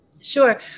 Sure